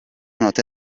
notte